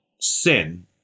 sin